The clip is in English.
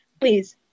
Please